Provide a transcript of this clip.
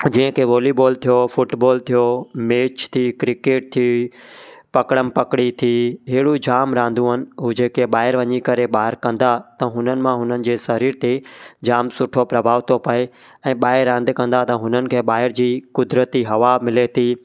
जीअं की वॉलीबॉल थियो फुटबॉल थियो मैच थी क्रिकेट थी पकड़म पकड़ाई थी अहिड़ियूं जाम रांधियूं आहिनि उहे जेके ॿाहिरि वञी करे ॿाहिरि कंदा त हुननि मां हुननि जे शरीर ते जाम सुठो प्रभाव थो पए ऐं ॿाइर रांदि कंदा त हुननि खे ॿाहिरि जी क़ुदिरती हवा मिले थी